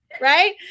right